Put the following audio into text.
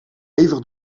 hevig